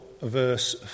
verse